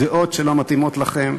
דעות שלא מתאימות לכם.